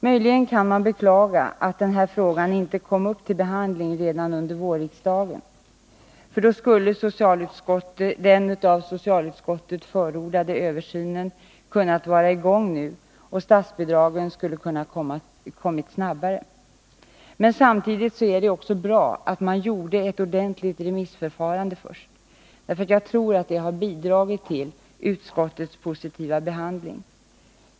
Möjligen kan man beklaga att den här frågan inte kom upp till behandling redan under vårriksdagen, för då skulle den av socialutskottet förordade översynen ha kunnat vara i gång nu, och statsbidragen skulle kunna komma snabbare. Samtidigt var det ju bra att man gjorde ett ordentligt remissförfarande först. Jag tror att det bidragit till utskottets positiva behandling.